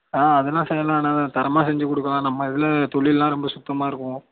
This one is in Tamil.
ஆ அதெல்லாம் செய்யலாம் நல்லா தரமாக செஞ்சு கொடுக்கலாம் நம்ம இதில் தொழில்லாம் ரொம்ப சுத்தமாக இருக்கும்